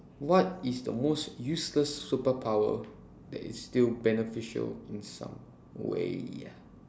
what is the most useless superpower that is still beneficial in some way